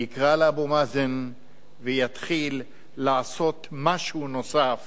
יקרא לאבו מאזן ויתחיל לעשות משהו נוסף